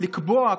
לקבוע,